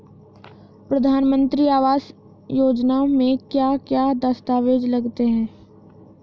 प्रधानमंत्री आवास योजना में क्या क्या दस्तावेज लगते हैं?